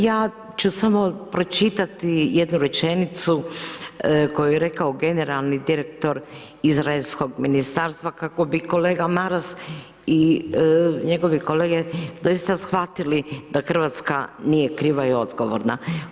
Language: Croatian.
Ja ću samo pročitati jednu rečenicu koji je rekao generalni direktor izraelskog ministarstva, kako bi kolega Maras i njegove kolege doista shvatili da Hrvatska nije kriva i odgovorna.